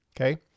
Okay